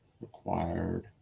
required